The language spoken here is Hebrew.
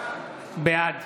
בעד